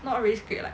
not really scrape like